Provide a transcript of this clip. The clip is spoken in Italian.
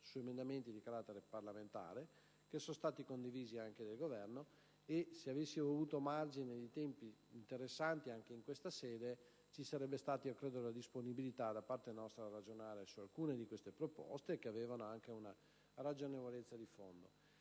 con emendamenti di carattere parlamentare, condivisi anche dal Governo e, se avessimo avuto margini di tempi interessanti anche in questa sede, ci sarebbe stata la disponibilità da parte nostra a ragionare su alcune di queste proposte, che avevano anche una ragionevolezza di fondo.